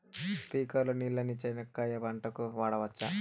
స్ప్రింక్లర్లు నీళ్ళని చెనక్కాయ పంట కు వాడవచ్చా?